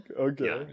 okay